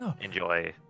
enjoy